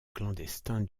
clandestin